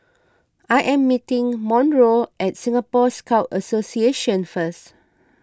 I am meeting Monroe at Singapore Scout Association first